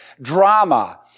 drama